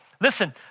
Listen